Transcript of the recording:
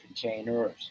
containers